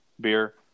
beer